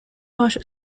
هاشو